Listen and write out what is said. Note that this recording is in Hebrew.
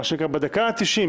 מה שנקרא בדקה התשעים.